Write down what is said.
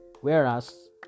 Whereas